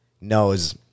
knows